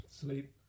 Sleep